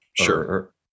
sure